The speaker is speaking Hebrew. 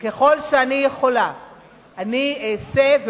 וככל שאני יכולה אני אעשה,